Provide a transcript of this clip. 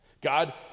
God